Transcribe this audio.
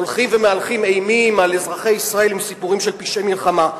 הולכים ומהלכים אימים על אזרחי ישראל עם סיפורים של פשעי מלחמה.